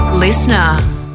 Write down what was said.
Listener